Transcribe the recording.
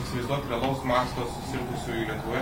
įsivaizduot realaus masto susirgusiųjų lietuvoje